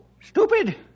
Stupid